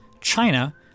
China